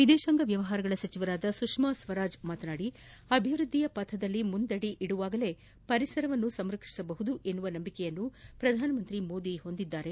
ವಿದೇಶಾಂಗ ವ್ಯವಹಾರಗಳ ಸಚವೆ ಸುಷ್ಮಾ ಸ್ವರಾಜ್ ಮಾತನಾಡಿ ಅಭಿವೃದ್ಧಿಯ ಪಥದಲ್ಲಿ ಮುಂದಡಿ ಇರಿಸುವಾಗಲೇ ಪರಿಸರವನ್ನು ಸಂರಕ್ಷಿಸಬಹುದು ಎಂಬ ನಂಬಿಕೆಯನ್ನು ಪ್ರಧಾನಿ ಮೋದಿ ಹೊಂದಿದ್ದಾರೆ